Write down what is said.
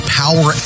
power